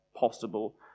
Possible